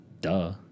Duh